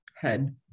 head